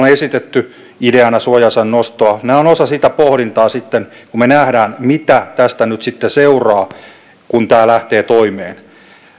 on esitetty ideana suojaosan nostoa nämä ovat osa sitä pohdintaa sitten kun me näemme mitä tästä nyt sitten seuraa kun tämä lähtee toimeen